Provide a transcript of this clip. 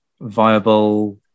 viable